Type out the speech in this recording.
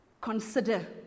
Consider